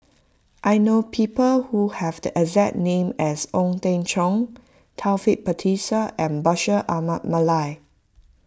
I know people who have the exact name as Ong Teng Cheong Taufik Batisah and Bashir Ahmad Mallal